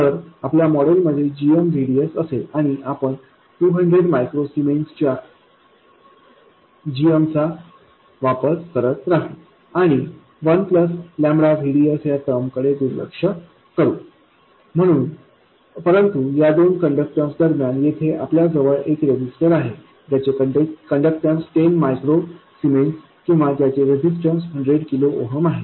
तर आपल्या मॉडेलमध्ये gmVDSअसेल आणि आपण 200 मायक्रो सीमेंस च्या gmचा वापर करत राहू आणि 1VDS या टर्म कडे दुर्लक्ष करू परंतु या दोन कंडक्टन्स दरम्यान येथे आपल्याजवळ एक रजिस्टर आहे ज्याचे कण्डक्टन्स 10 मायक्रो सीमेंस किंवा ज्याचे रेजिस्टन्स 100 किलो ओहम आहे